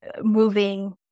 moving